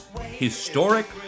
Historic